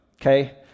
okay